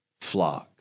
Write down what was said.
flock